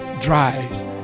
dries